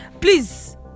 Please